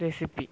recipe